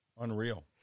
Unreal